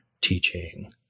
teaching